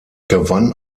gewann